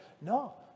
No